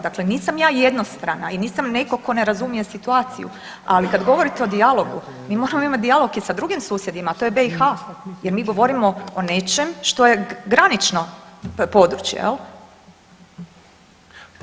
Dakle, nisam ja jednostrana i nisam netko tko ne razumije situaciju, ali kad govorite o dijalogu mi moramo imati dijalog i sa drugim susjedima, a to je BiH jer mi govorimo o nečem što je granično područje jel.